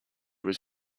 was